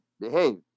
behave